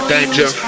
Danger